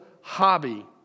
hobby